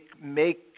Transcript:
make